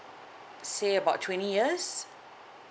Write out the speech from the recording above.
say about twenty years